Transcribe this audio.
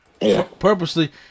purposely